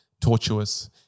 tortuous